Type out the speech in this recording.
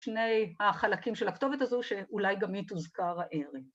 ‫בשני החלקים של הכתובת הזו, ‫שאולי גם היא תוזכר הערב.